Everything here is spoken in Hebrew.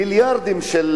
מיליארדים של